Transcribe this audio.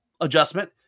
adjustment